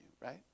right